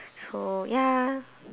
so ya